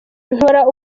nkora